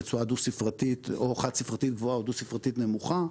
בצורה או חד ספרתית גבוהה או דו ספרתית נמוכה,